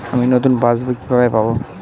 আমি নতুন passbook কিভাবে পাব?